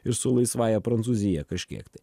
ir su laisvąja prancūzija kažkiek tai